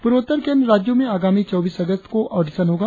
पूर्वोत्तर के अन्य राज्यों में आगामी चौबीस अगस्त को ऑडिशन होगा